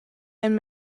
and